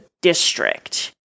district